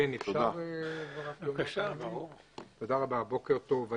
בוקר טוב.